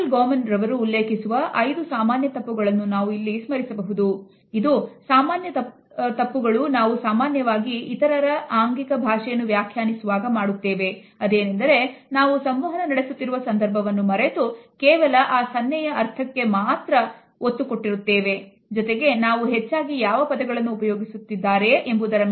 Carol Goman ರವರು ಉಲ್ಲೇಖಿಸುವ 5 ಸಾಮಾನ್ಯ ತಪ್ಪುಗಳನ್ನು ನಾವು ಇಲ್ಲಿ ಸ್ಮರಿಸಬಹುದು